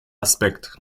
aspect